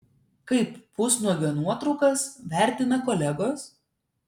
kaip pusnuogio nuotraukas vertina kolegos